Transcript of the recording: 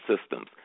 systems